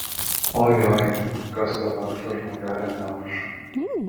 ojoj kas to vargšo žmogelio nekruša